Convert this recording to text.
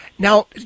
Now